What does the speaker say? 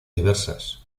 diversas